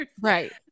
Right